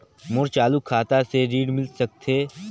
मोर चालू खाता से ऋण मिल सकथे?